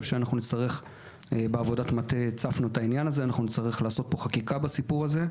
הצפנו את זה בעבודת המטה ואנחנו נצטרך לעשות חקיקה בהקשר הזה.